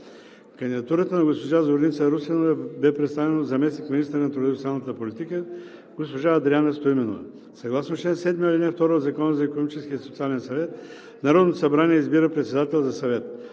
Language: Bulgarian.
Кандидатурата на госпожа Зорница Русинова бе представена от заместник министъра на труда и социалната политика госпожа Адриана Стоименова. Съгласно чл. 7, ал. 2 от Закона за Икономическия и социален съвет Народното събрание избира председател за Съвета.